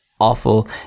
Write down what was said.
awful